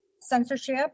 censorship